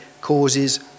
causes